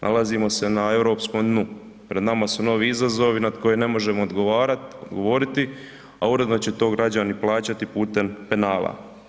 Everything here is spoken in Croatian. Nalazimo se na europskom dnu, pred nama su novi izazovi nad koje ne možemo odgovarat, odgovoriti, a uredno će to građani plaćati putem penala.